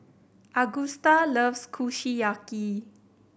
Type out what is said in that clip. Agusta loves Kushiyaki